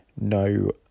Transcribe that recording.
no